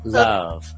love